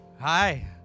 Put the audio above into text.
Hi